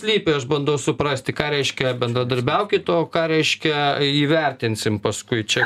slypi aš bandau suprasti ką reiškia bendradarbiaukit o ką reiškia įvertinsim paskui čia